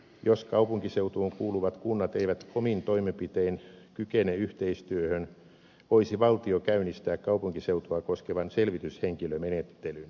jos kaupunkiseutuun kuuluvat kunnat eivät omin toimenpitein kykene yhteistyöhön voisi valtio käynnistää kaupunkiseutua koskevan selvityshenkilömenettelyn